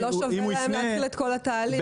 לא שווה להם להתחיל את כל התהליך.